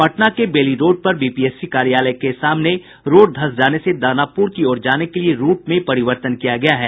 पटना के Bailey road पर BPSC कार्यालय के सामने रोड धंस जाने से दानापुर की ओर जाने के लिये रूट में परिवर्तन किया गया है